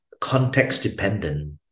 context-dependent